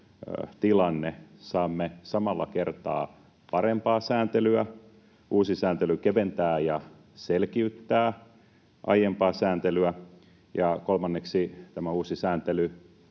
tilanne: samalla kertaa saamme parempaa sääntelyä, uusi sääntely keventää ja selkiyttää aiempaa sääntelyä ja kolmanneksi tämä uusi sääntely